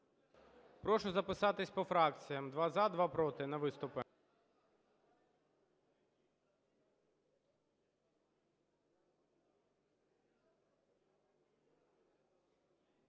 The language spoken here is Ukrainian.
Прошу записатися по фракціям: два – за, два – проти, на виступи.